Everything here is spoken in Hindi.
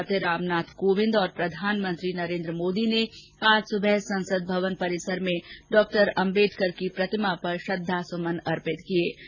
राष्ट्रपति रामनाथ कोविंद और प्रधानमंत्री नरेन्द्र मोदी ने आज सुबह संसद भवन परिसर में डॉ आम्बेडकर की प्रतिमा पर श्रद्धा सुमन अर्पित किए